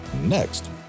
next